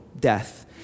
death